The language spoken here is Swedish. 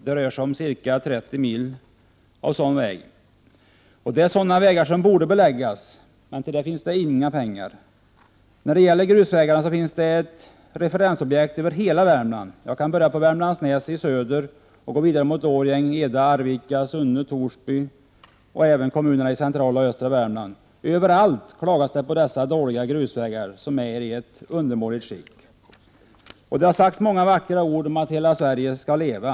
Det rör sig om ca 30 mil grusväg. De här vägarna borde beläggas, men till detta finns inga pengar. När det gäller grusvägarna finns det referensobjekt i hela Värmland. Jag kan börja på Värmlandsnäs i söder och gå vidare mot Årjäng, Eda, Arvika, Sunne, Torsby och även till kommunerna i centrala och östra Värmland. Överallt klagas det på dessa dåliga grusvägar som är i undermåligt skick. Det har sagts många vackra ord om att ”hela Sverige ska leva”.